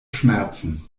schmerzen